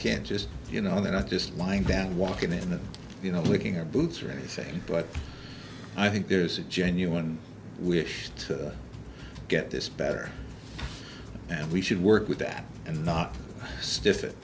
can't just you know they're not just lying down and walking in and you know licking her boots or anything but i think there's a genuine wish to get this better and we should work with that and not stiff it